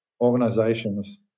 organizations